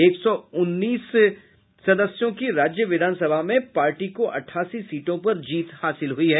एक सौ उन्नीस सदस्यों की राज्य विधानसभा में पार्टी को अठासी सीटों पर जीत हासिल हुई है